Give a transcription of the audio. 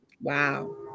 Wow